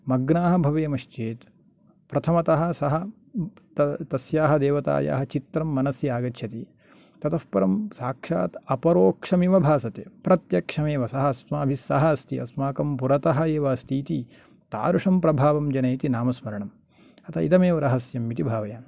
मग्नाः भवेमश्चेत् प्रथमतः सः त तस्याः देवतायाः चित्रं मनसि आगच्छति ततः परं साक्षात् अपरोक्षमिव भासते प्रत्यक्षमेव सः अस्माभिस्सह अस्ति अस्माकं पुरतः एव अस्ति इति तादृशं प्रभावं जनयति नामस्मरणम् अत इदमेव रहस्यम् इति भावयामि